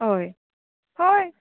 हय हय